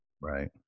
Right